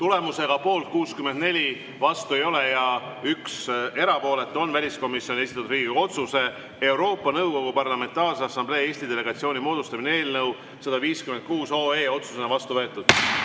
Tulemusega poolt 64, vastuolijaid ei ole ja 1 erapooletu, on väliskomisjoni esitatud Riigikogu otsuse "Euroopa Nõukogu Parlamentaarse Assamblee Eesti delegatsiooni moodustamine" eelnõu 156 otsusena vastu võetud.